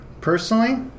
personally